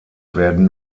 werden